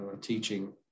teaching